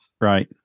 right